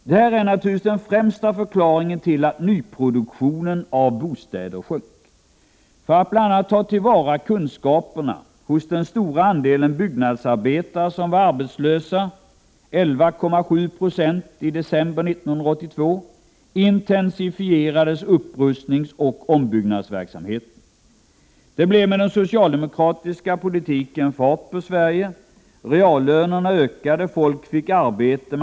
Detta är naturligtvis den främsta förklaringen till att nyproduktionen av bostäder sjönk. För att bl.a. ta till vara kunskaperna hos den stora andelen byggnadsarbetare som var arbetslösa — 11,7 procent i december 1982 — intensifierades upprustningsoch ombyggnadsverksamheten. Det blev med den socialdemokratiska politiken fart på Sverige. Reallönerna ökade. Folk fick arbete.